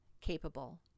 capable